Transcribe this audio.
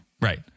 Right